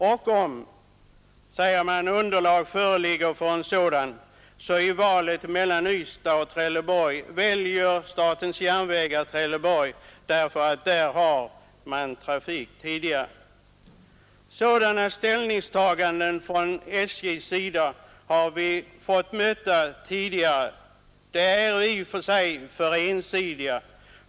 Om underlag föreligger för en sådan och valet står mellan Ystad och Trelleborg, väljer statens järnvägar Trelleborg därför att man har trafik där redan tidigare Sådana ställningstaganden från statens järnvägars sida har vi fått möta tidigare, och de är alltför ensidiga.